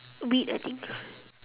wheat I think